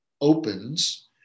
opens